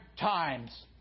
times